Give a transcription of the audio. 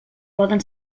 poden